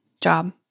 job